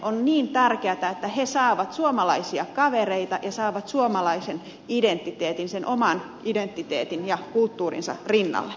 on niin tärkeätä että he saavat suomalaisia kavereita ja saavat suomalaisen identiteetin sen oman identiteettinsä ja kulttuurinsa rinnalle